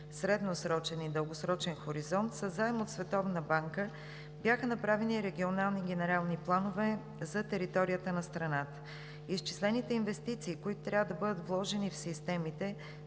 средносрочен и дългосрочен хоризонт със заем от Световната банка бяха направени регионални генерални планове за територията на страната. Изчислените инвестиции, които трябва да бъдат вложени в системите,